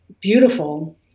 beautiful